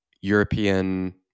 European